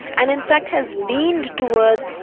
and in fact has leaned towards